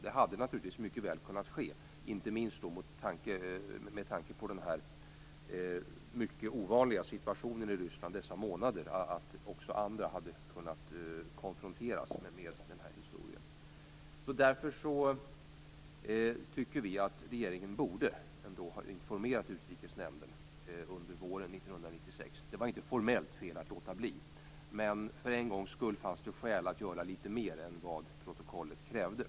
Det hade naturligtvis mycket väl kunnat ske, inte minst med tanke på den mycket ovanliga situationen i Ryssland under dessa månader, att också andra hade kunnat konfronteras med den här historien. Därför tycker vi att regeringen ändå borde ha informerat Utrikesnämnden under våren 1996. Det var inte formellt fel att låta bli, men det fanns för en gångs skull skäl att göra litet mer än vad protokollet krävde.